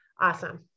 awesome